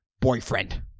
boyfriend